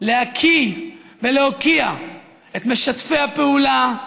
להקיא ולהוקיע את משתפי הפעולה,